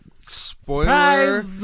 spoiler